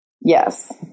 Yes